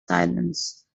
silence